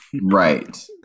right